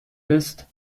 ist